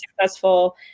successful